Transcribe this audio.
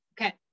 Okay